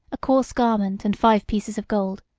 a coarse garment, and five pieces of gold,